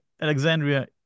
alexandria